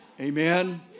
Amen